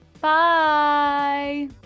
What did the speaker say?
bye